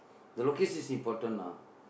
the location is important ah